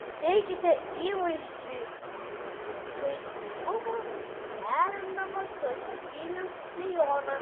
suteikite įvaizdžiui žaismingumo derindamos klasikinį sijoną